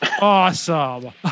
Awesome